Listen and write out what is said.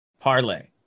parlay